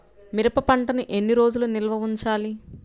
మిరప పంటను ఎన్ని రోజులు నిల్వ ఉంచాలి?